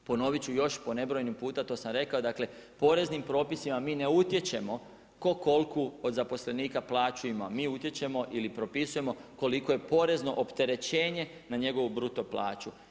Ponoviti ću još, po nebrojeno puta, to sam rekao, dakle poreznim propisima mi ne utječemo tko koliku od zaposlenika plaću ima, mi utječemo ili propisujemo koliko je porezno opterećenje na njegovu bruto plaću.